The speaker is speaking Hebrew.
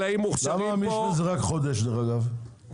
למה המשמש זה רק חודש דרך אגב?